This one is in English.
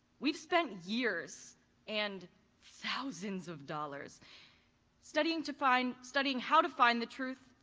we've spent years and thousands of dollars studying to find studying how to find the truth,